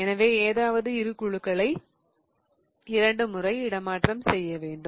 எனவே ஏதாவது இரண்டு குழுக்களை இரண்டு முறை இடமாற்றம் செய்ய வேண்டும்